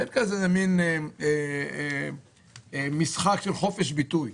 שאין כזה מין משחק של חופש ביטוי.